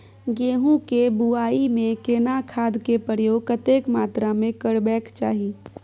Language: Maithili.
गेहूं के बुआई में केना खाद के प्रयोग कतेक मात्रा में करबैक चाही?